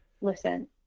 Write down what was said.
listen